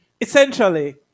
essentially